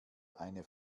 eine